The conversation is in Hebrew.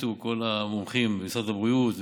שהחליטו כל המומחים במשרד הבריאות ובמשרדים,